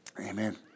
amen